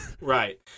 Right